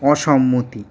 অসম্মতি